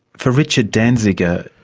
for richard danziger,